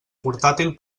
portàtil